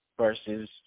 versus